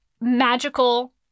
magical